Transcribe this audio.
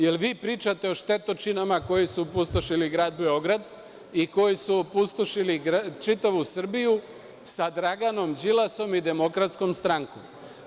Jel vi pričate o štetočinama koje su opustošile grad Beograd i koji su opustošili čitavu Srbiju sa Draganom Đilasom i Demokratskom strankom?